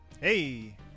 Hey